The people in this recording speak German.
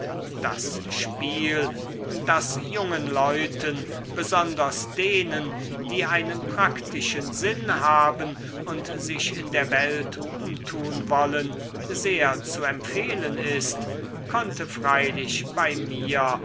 das spiel das jungen leuten besonders denen die einen praktischen sinn haben und sich in der welt umtun wollen sehr zu empfehlen ist konnte freilich bei mir